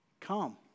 Come